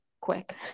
quick